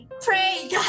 Pray